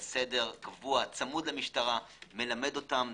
קבוע, צמוד למשטרה, מלמד אותם,